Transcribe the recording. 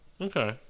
Okay